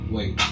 Wait